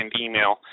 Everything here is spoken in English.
email